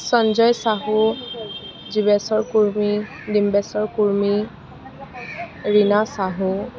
Sanjay Sahu Jibeswar Kurmi Dimbeswar Kurmi Rima Sahu